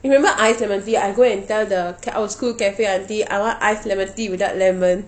you remember ice lemon tea I go and tell the ca~ our school cafe aunty I want ice lemon tea without lemon